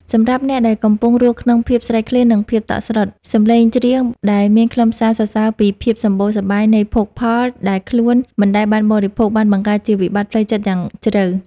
សម្រាប់អ្នកដែលកំពុងរស់ក្នុងភាពស្រេកឃ្លាន និងភាពតក់ស្លុត សម្លេងច្រៀងដែលមានខ្លឹមសារសរសើរពីភាពសម្បូរសប្បាយនៃភោគផលដែលខ្លួនមិនដែលបានបរិភោគ បានបង្កើតជាវិបត្តិផ្លូវចិត្តយ៉ាងជ្រៅ។